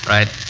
Right